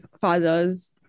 Fathers